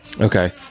Okay